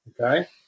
Okay